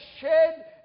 shed